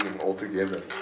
altogether